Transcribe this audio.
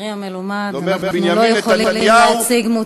חברי המלומד, אנחנו לא יכולים להציג מוצגים.